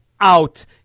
out